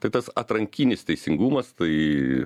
tai tas atrankinis teisingumas tai